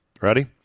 Ready